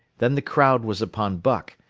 then the crowd was upon buck,